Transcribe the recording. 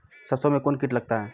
सरसों मे कौन कीट लगता हैं?